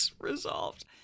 resolved